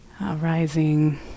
arising